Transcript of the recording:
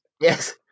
yes